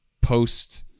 post-